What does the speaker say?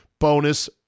bonus